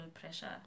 pressure